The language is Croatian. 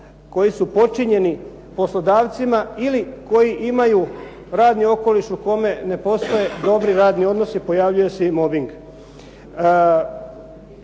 koji su potčinjeni poslodavcima ili koji imaju radni okoliš u kome ne postoje dobri radni odnosi pojavljuje se i mobing.